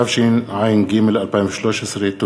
התשע"ד 2013. תודה.